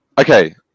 Okay